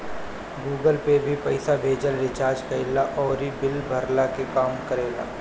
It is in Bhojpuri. गूगल पे भी पईसा भेजला, रिचार्ज कईला अउरी बिल भरला के काम करेला